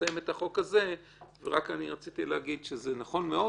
נסיים את החוק הזה ורק רציתי להגיד שזה נכון מאוד,